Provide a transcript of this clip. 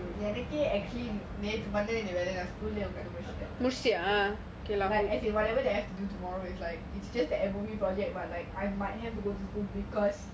எனக்கே:ennakae actually நேத்து பண்ண வேண்டிய வெல்லலாம்:neathu panna vendiya vellalam school லேயே உக்காந்து முடிச்சிட்டான்:layae ukanthu mudichitan like as in whatever I have to do tomorrow it's just that M_O_E project but I might have to go to school because